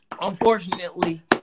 Unfortunately